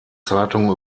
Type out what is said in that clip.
zeitungen